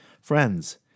Friends